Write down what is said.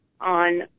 on